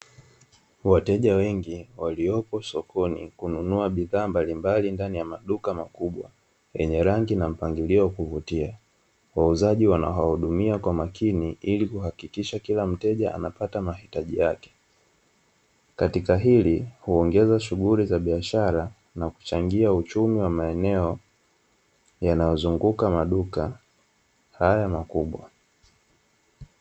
Wateja wengi waliopo sokoni kununua bidhaa mbalimbali ndani ya maduka makubwa, yenye rangi na mpangilio wa kuvutia, wauzaji wanaohudumia kwa makini, ili kuhakikisha kila mteja anapata mahitaji yake, katika hili huongeza shughuli za biashara na kuchangia uchumi wa maeneo yanayozunguka maduka haya makubwa.